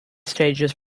stages